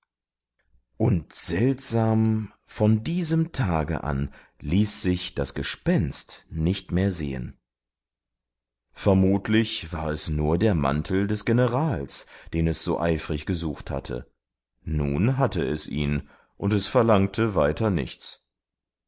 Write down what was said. und seltsam von diesem tage an ließ sich das gespenst nicht mehr sehen vermutlich war es nur der mantel des generals den es so eifrig gesucht hatte nun hatte es ihn und es verlangte weiter nichts